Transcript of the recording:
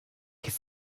his